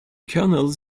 kernels